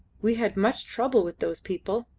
we had much trouble with those people.